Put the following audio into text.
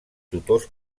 tutors